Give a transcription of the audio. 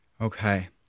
Okay